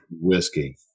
whiskey